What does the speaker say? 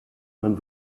ein